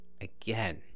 again